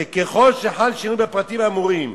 ככל שחל שינוי בפרטים האמורים.